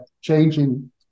changing